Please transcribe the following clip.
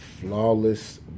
flawless